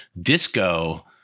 disco